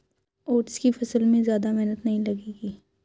oats की फसल में ज्यादा मेहनत नहीं लगेगी